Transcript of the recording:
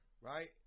right